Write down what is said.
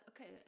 okay